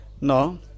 no